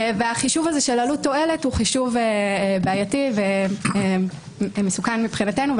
והחישוב של עלות תועלת הוא בעייתי ומסוכן מבחינתנו.